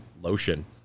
lotion